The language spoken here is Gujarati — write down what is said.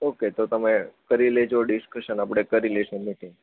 ઓકે તો તમે કરી લેજો ડિસ્કશન આપણે કરી લઈશું મીટિંગ